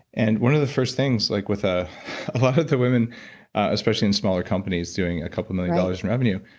and one of the first things like with a ah lot of the women especially in smaller companies doing a couple of million dollars in revenue,